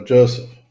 Joseph